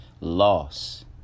loss